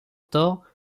tort